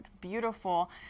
beautiful